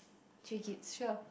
treat it sure